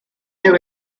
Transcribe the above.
new